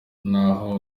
naho